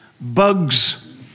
bugs